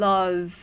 Love